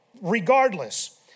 Regardless